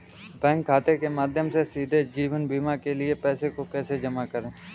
Bank खाते के माध्यम से सीधे जीवन बीमा के लिए पैसे को कैसे जमा करें?